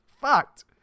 fucked